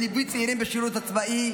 בליווי צעירים בשירות הצבאי,